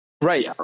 Right